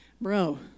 bro